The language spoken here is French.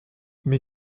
mais